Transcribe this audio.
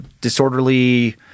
disorderly